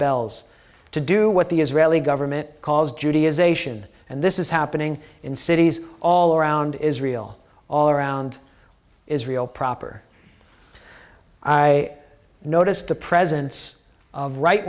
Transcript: bells to do what the israeli government calls judaization and this is happening in cities all around israel all around israel proper i noticed the presence of right